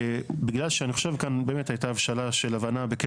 בגלל שאני חושב כאן שבאמת הייתה הבשלה של הבנה.